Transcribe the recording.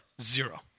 Zero